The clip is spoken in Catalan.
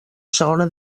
segona